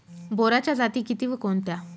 बोराच्या जाती किती व कोणत्या?